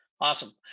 Awesome